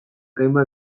hainbat